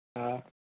હા